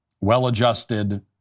well-adjusted